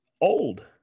old